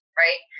right